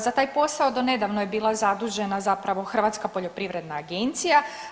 Za taj posao do nedavno je bila zadužena zapravo Hrvatska poljoprivredna agencija.